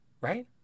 right